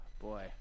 Boy